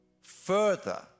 further